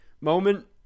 moment